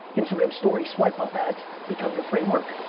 instagram story swipe up ads become your framework?